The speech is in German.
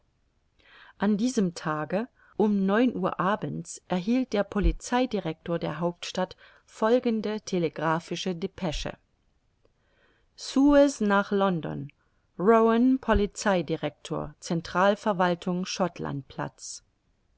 an diesem tage um neun uhr abends erhielt der polizeidirector der hauptstadt folgende telegraphische depesche suez nach london rowan polizeidirector